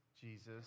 Jesus